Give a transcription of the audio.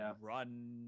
run